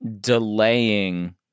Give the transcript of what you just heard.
delaying